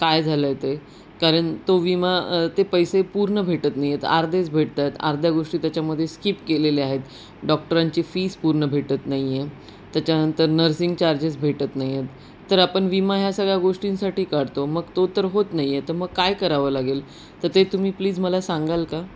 काय झालं ते कारण तो विमा ते पैसे पूर्ण भेटत नाही आहेत अर्धेच भेटत आहेत अर्ध्या गोष्टी त्याच्यामध्ये स्कीप केलेल्या आहेत डॉक्टरांची फीस पूर्ण भेटत नाही आहे त्याच्यानंतर नर्सिंग चार्जेस भेटत नाही आहेत तर आपण विमा ह्या सगळ्या गोष्टींसाठी काढतो मग तो तर होत नाही आहे तर मग काय करावं लागेल तर ते तुम्ही प्लीज मला सांगाल का